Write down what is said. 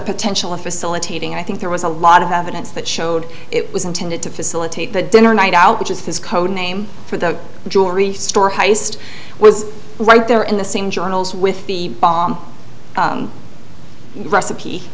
potential of facilitating i think there was a lot of evidence that showed it was intended to facilitate the dinner night out which is this code name for the jewelry store heist was right there in the same journals with the bomb recipe